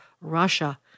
Russia